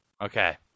Okay